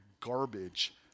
garbage